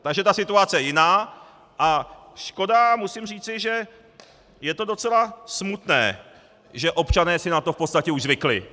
Takže situace je jiná a škoda, musím říci, že je to docela smutné, že občané si na to v podstatě už zvykli.